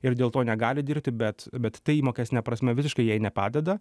ir dėl to negali dirbti bet bet tai mokestine prasme visiškai jai nepadeda